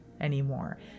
anymore